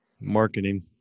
marketing